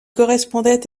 correspondait